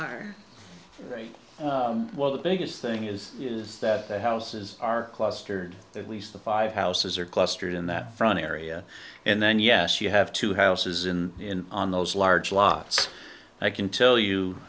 very well the biggest thing is is that the houses are clustered at least the five houses are clustered in that front area and then yes you have two houses in on those large lots i can tell you